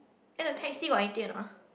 then the taxi got anything or not ah